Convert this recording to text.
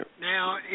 Now